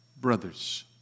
brothers